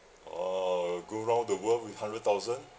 or go round the world with hundred thousand